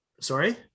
Sorry